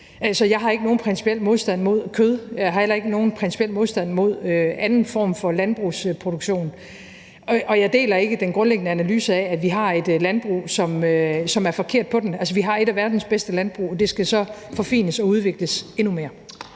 jeg har ikke nogen principiel modstand mod kød. Jeg har heller ikke nogen principiel modstand mod anden form for landbrugsproduktion, og jeg deler ikke den grundlæggende analyse af, at vi har et landbrug, som er forkert på den. Altså, vi har et af verdens bedste landbrug, og det skal så forfines og udvikles endnu mere.